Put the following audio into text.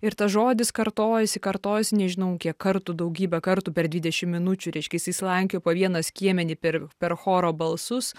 ir tas žodis kartojasi kartojasi nežinau kiek kartų daugybę kartų per dvidešim minučių reiškia jisai slankioja po vieną skiemenį per per choro balsus